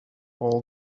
all